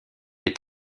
est